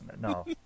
No